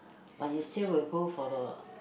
or you still will go for the